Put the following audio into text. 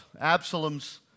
Absalom's